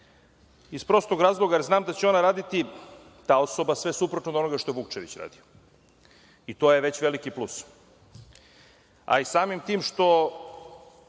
iz prostog razloga jer znam da će ona raditi, ta osoba, sve suprotno od onoga što je Vukčević radio, i to je već veliki plus. A, i samim tim što